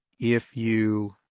if you